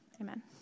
amen